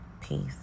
peace